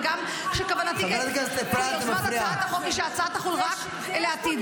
וגם שכוונתי כיוזמת הצעת החוק היא שההצעה תחול רק לעתיד.